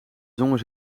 zongen